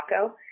taco